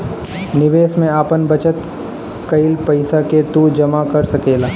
निवेश में आपन बचत कईल पईसा के तू जमा कर सकेला